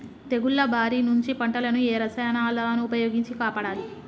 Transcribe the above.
తెగుళ్ల బారి నుంచి పంటలను ఏ రసాయనాలను ఉపయోగించి కాపాడాలి?